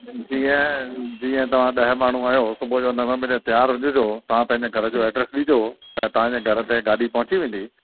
जीअं जीअं तव्हां ॾह माण्हू आहियो सुबुह जो नवें वजे तयारु हुजजो तव्हां पंहिंजे घर जो एड्रेस विझो त तव्हां जे घर ते गाॾी पहुची वेंदी